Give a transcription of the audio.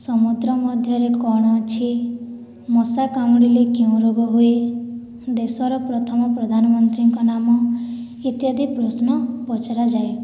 ସମୁଦ୍ର ମଧ୍ୟରେ କଣ ଅଛି ମଶା କାମୁଡ଼ିଲେ କେଉଁ ରୋଗ ହୁଏ ଦେଶର ପ୍ରଥମ ପ୍ରଧାନମନ୍ତ୍ରୀଙ୍କ ନାମ ଇତ୍ୟାଦି ପ୍ରଶ୍ନ ପଚରାଯାଏ